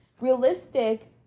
realistic